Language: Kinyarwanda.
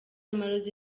amarozi